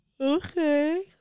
Okay